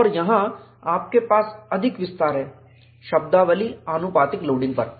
और यहां आपके पास अधिक विस्तार है शब्दावली आनुपातिक लोडिंग पर